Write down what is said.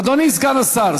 אדוני סגן השר,